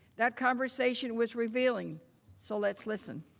that conversation was revealing so let's listen.